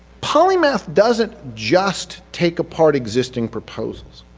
polymath doesn't just take apart existing proposals.